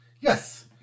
Yes